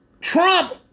Trump